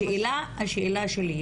השאלה שלי,